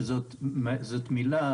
זאת מילה